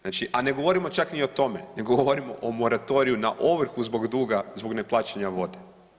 Znači a ne govorimo čak ni o tome nego govorimo o moratoriju na ovrhu zbog duga zbog neplaćanja vode.